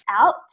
out